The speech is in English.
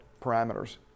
parameters